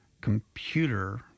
computer